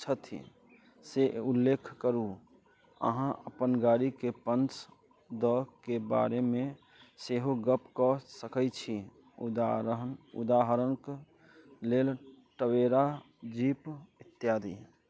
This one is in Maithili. छथि से उल्लेख करू अहाँ अपन गाड़ीके के दऽके बारेमे सेहो गप कऽ सकै छी उदाहरण उदाहरण कऽ लेल टवेरा जीप इत्यादि